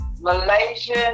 Malaysian